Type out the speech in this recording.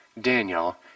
Daniel